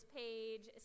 page